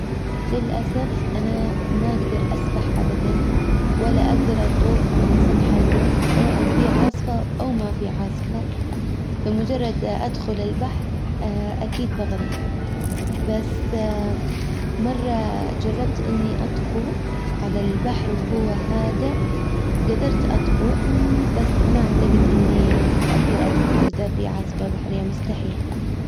للاسف انا ما اقدر اسبح ابدا ولا اقدر اطوف على سطح الماء سواء في عاصفة او ما في عاصفة. فمجرد ادخل البحر اكيد بغرق. بس مرة جربت اني اطفو على البحر وهو هادئ جدرت اطفو بس ما اعتجد اني اجدر اطفو واذا في عاصفة بحرية مستحيل.